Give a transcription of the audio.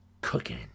cooking